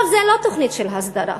זו לא תוכנית של הסדרה,